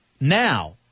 now